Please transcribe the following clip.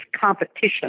competition